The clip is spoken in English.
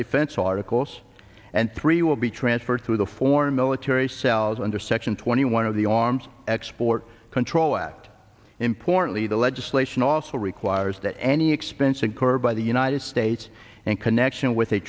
defense articles and three will be transferred to the foreign military cells under section twenty one of the arms export control act importantly the legislation also requires that any expense incurred by the united states and connection with a